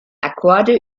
akkorde